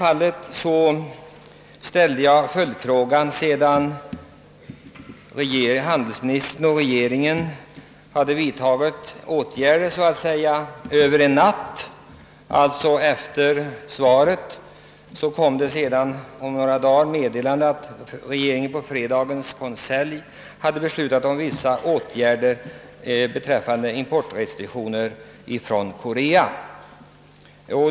Följdfrågan ställdés' sedan "handelsministern och regeringen hade vidtagit åtgärder så att säga över en natt, glädjande nog i helt annan riktning än vad svaret angav. Några dagar efter detta svar kom ett meddelande att regeringen i konselj beslutat :om vissa restriktioner för importen från Korea.